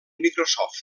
microsoft